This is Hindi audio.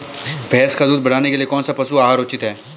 भैंस का दूध बढ़ाने के लिए कौनसा पशु आहार उचित है?